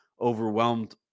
overwhelmed